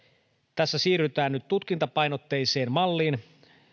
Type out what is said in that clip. tässä siirrytään nyt tutkintapainotteiseen malliin